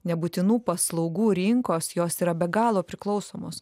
nebūtinų paslaugų rinkos jos yra be galo priklausomos